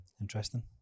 Interesting